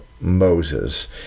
Moses